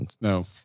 No